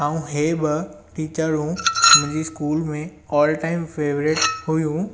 ऐं ही ॿ टीचरूं मुंहिंजे स्कूल में ऑल टाइम फेवरेट हुयूं